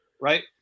right